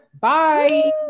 Bye